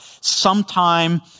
sometime